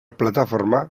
plataforma